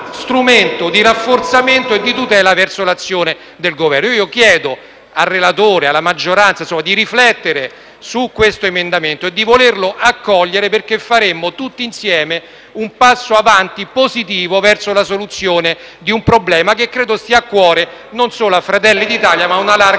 di rafforzamento e di tutela verso l'azione del Governo. Chiedo al relatore e alla maggioranza di riflettere sull'emendamento 25.0.37 e di volerlo accogliere, perché faremmo tutti insieme un passo avanti positivo verso la soluzione di un problema che credo stia cuore non solo a Fratelli d'Italia, ma a una larga